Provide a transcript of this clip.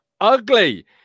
Ugly